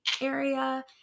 area